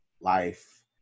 Life